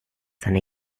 seine